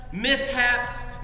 Mishaps